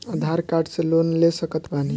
आधार card से loan ले सकत बणी?